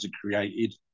created